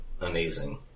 amazing